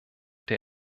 der